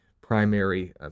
primary